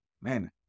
Man